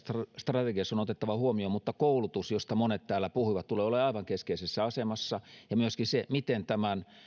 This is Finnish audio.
strategiassa on otettava huomioon mutta koulutus josta monet täällä puhuivat tulee olemaan aivan keskeisessä asemassa ja myöskin se miten tämän